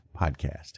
Podcast